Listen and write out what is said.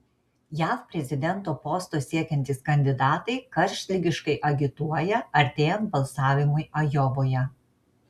jav prezidento posto siekiantys kandidatai karštligiškai agituoja artėjant balsavimui ajovoje